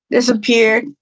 Disappeared